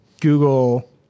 Google